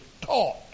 taught